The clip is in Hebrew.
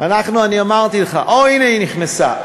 אני אמרתי לך, או, הנה, היא נכנסה.